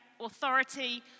authority